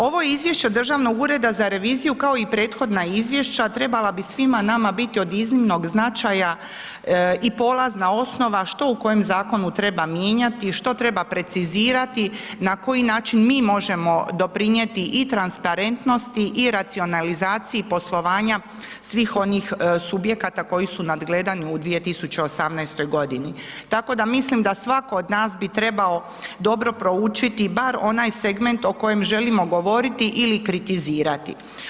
Ovo izvješće Državnog ureda za reviziju kao i prethodna izvješća trebala bi svima nama biti od iznimnog značaja i polazna osnova što u kojem zakonu treba mijenjati i što treba precizirati, na koji način mi možemo doprinjeti i transparentnosti i racionalizaciji poslovanja svih onih subjekata koji su u nadgledanju u 2018.g., tako da mislim da svatko od nas bi trebao dobro proučiti bar onaj segment o kojem želimo govoriti ili kritizirati.